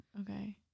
okay